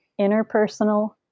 interpersonal